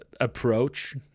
approach